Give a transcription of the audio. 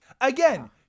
again